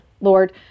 lord